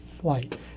flight